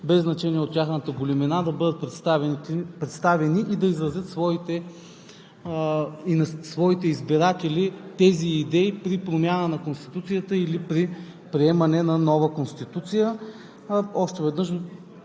без значение от тяхната големина, да бъдат представени и да изразят своите и на своите избиратели тези идеи при промяна на Конституцията или при приемане на нова Конституция. Още веднъж